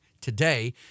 today